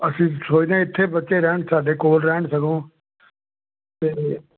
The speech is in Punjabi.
ਅਸੀਂ ਸੋਚਦੇ ਇੱਥੇ ਬੱਚੇ ਰਹਿਣ ਸਾਡੇ ਕੋਲ ਰਹਿਣ ਸਗੋਂ ਅਤੇ